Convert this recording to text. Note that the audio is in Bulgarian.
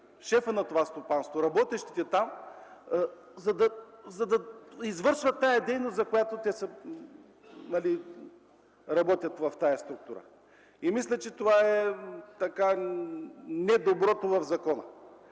шефът на това стопанство, работещите там, за да извършват тази дейност, за което те работят в тази структура. Мисля, че това е не доброто в закона.